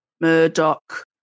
Murdoch